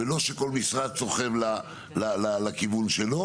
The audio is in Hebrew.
שכל משרד לא יסחוב לכיוון שלו